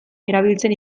erabiltzen